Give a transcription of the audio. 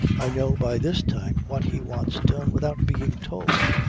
i know by this time what he wants done without being told.